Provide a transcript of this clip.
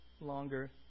longer